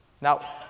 Now